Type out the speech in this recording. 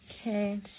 Okay